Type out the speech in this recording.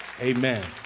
Amen